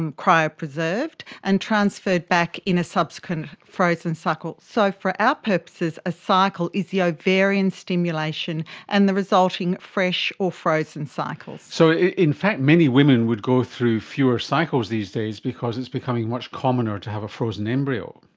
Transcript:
and cryopreserved, and transferred back in a subsequent frozen cycle. so for our purposes a cycle is the ovarian stimulation and the resulting fresh or frozen cycles. so in fact many women would go through fewer cycles these days because it's becoming much commoner to have a frozen embryo.